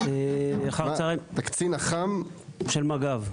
אתה קצין אח"מ של מג"ב.